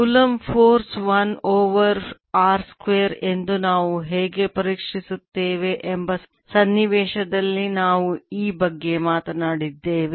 coulomb force 1 over r square ಎಂದು ನಾವು ಹೇಗೆ ಪರೀಕ್ಷಿಸುತ್ತೇವೆ ಎಂಬ ಸನ್ನಿವೇಶದಲ್ಲಿ ನಾವು ಈ ಬಗ್ಗೆ ಮಾತನಾಡಿದ್ದೇವೆ